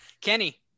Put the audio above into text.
Kenny